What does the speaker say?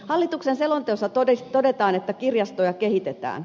hallituksen selonteossa todetaan että kirjastoja kehitetään